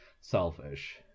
selfish